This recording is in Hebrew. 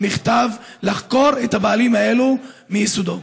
מכתב לחקור את הבעלים האלה, מיסודו.